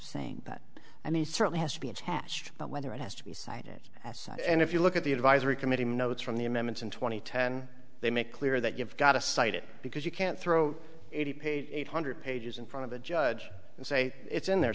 saying that i mean certainly has to be attached but whether it has to be cited as such and if you look at the advisory committee notes from the amendments in two thousand and ten they make clear that you've got to cite it because you can't throw eighty page eight hundred pages in front of a judge and say it's in there